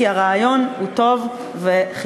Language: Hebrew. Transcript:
כי הרעיון הוא טוב וחיובי.